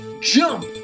jump